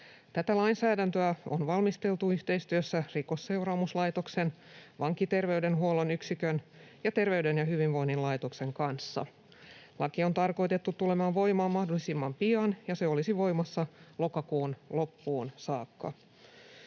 Tätä lainsäädäntöä on valmisteltu yhteistyössä Rikosseuraamuslaitoksen, Vankiterveydenhuollon yksikön ja Terveyden ja hyvinvoinnin laitoksen kanssa. Laki on tarkoitettu tulemaan voimaan mahdollisimman, ja se olisi voimassa lokakuun loppuun saakka.